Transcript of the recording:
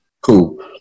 Cool